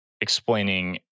explaining